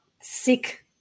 sick